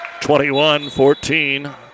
21-14